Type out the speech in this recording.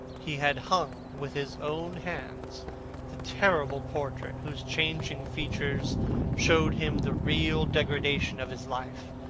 he had hung with his own hands the terrible portrait whose changing features showed him the real degradation of his life,